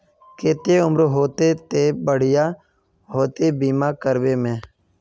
केते उम्र होते ते बढ़िया होते बीमा करबे में?